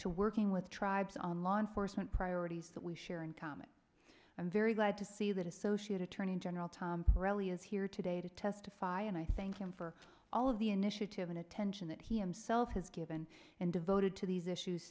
to working with tribes on law enforcement priorities that we share in common i'm very glad to see that associate attorney general tom perelli is here today to testify and i thank him for all of the initiative and attention that he himself has given and devoted to these issues